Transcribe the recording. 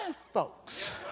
folks